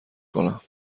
کنم